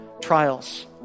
trials